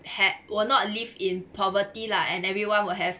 will not live in poverty lah and everyone will have